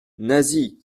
nasie